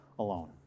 alone